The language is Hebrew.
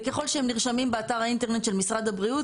וככל שהם נרשמים באתר האינטרנט של משרד הבריאות,